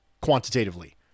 quantitatively